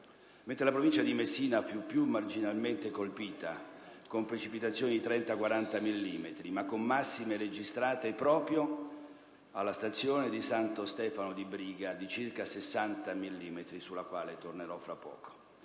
mentre la provincia di Messina fu più marginalmente colpita con precipitazioni tra i 30 e i 40 millimetri, ma con massime registrate proprio alla stazione di Santo Stefano di Briga di circa 60 millimetri e sulla quale tornerò fra poco.